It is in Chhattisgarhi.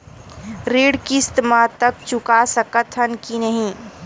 ऋण किस्त मा तक चुका सकत हन कि नहीं?